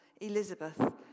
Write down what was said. Elizabeth